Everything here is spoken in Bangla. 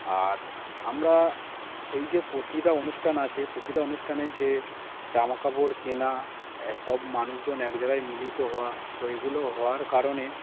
আর আমরা এই যে প্রতিটা অনুষ্ঠান আছে প্রতিটা অনুষ্ঠানে যে জামাকাপড় কেনা সব মানুষজন এক জায়গায় মিলিত হওয়া তো এগুলো হওয়ার কারণে